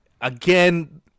again